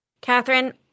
Catherine